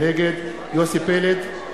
נגד יוסי פלד,